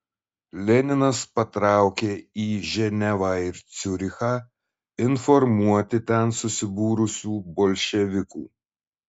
leninas patraukė į ženevą ir ciurichą informuoti ten susibūrusių bolševikų